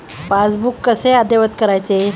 Passbook कसे अद्ययावत करायचे?